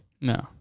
No